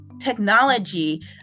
technology